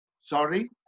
Sorry